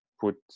put